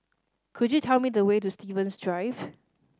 could you tell me the way to Stevens Drive